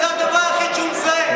זה הדבר היחיד שהוא מזהה.